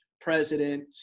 president